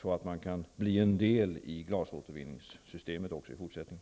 Då kan bruket bli en del i glasåtervinningssystemet också i fortsättningen.